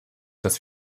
dass